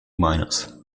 miners